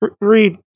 Read